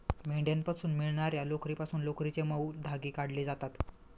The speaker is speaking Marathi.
मेंढ्यांपासून मिळणार्या लोकरीपासून लोकरीचे मऊ धागे काढले जातात